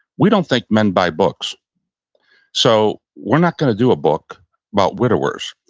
we don't think men buy books so we're not going to do a book about widowers.